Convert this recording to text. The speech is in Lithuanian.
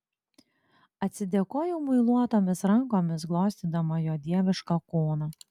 atsidėkojau muiluotomis rankomis glostydama jo dievišką kūną